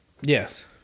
Yes